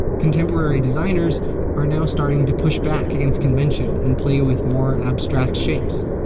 contemporary designers are now starting to push back against convention and play with more abstract shapes,